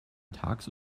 tags